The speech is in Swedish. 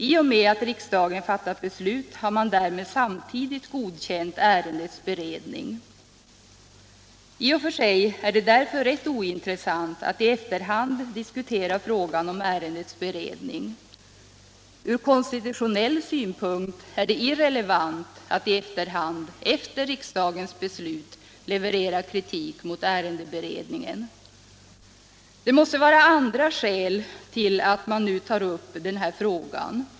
I och med att riksdagen fattat beslut har man därmed samtidigt godkänt ärendets beredning. I och för sig är det därför rätt ointressant att i efterhand diskutera frågan om ärendets beredning. Också ur konstitutionell synpunkt är det irrelevant att i efterhand efter riksdagens beslut leverera kritik mot ärendeberedningen. Det måste alltså föreligga andra skäl till att man tar upp den här frågan.